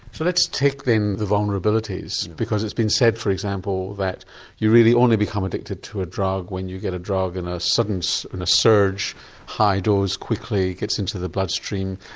so let's take then the vulnerabilities, because it's been said for example that you really only become addicted to a drug when you get a drug and a sudden-surge and a sudden-surge high dose quickly gets into the bloodstream,